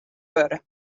wurde